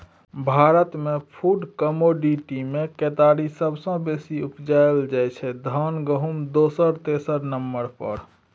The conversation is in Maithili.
भारतमे फुड कमोडिटीमे केतारी सबसँ बेसी उपजाएल जाइ छै धान गहुँम दोसर तेसर नंबर पर